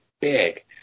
big